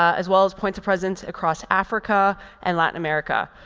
as well as points of presence across africa and latin america.